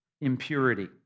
impurity